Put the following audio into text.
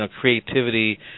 creativity